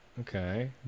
Okay